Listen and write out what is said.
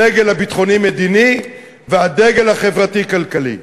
הדגל הביטחוני-מדיני והדגל החברתי-כלכלי.